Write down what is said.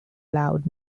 loud